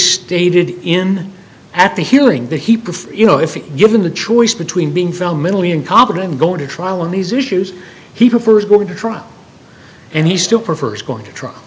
stated in at the hearing that he prefer you know if given the choice between being found mentally incompetent and going to trial on these issues he prefers going to trial and he still prefers going to trial